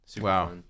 Wow